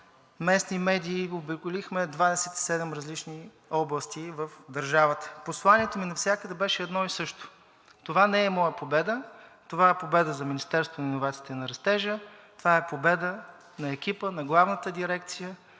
местни медии – обиколихме 27 различни области в държавата. Посланието ми навсякъде беше едно и също – това не е моя победа, това е победа за Министерството на иновациите и растежа, това е победа на екипа, на Главната дирекция.